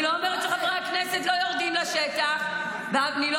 אני לא אומרת שחברי הכנסת לא יורדים לכנסת ואני לא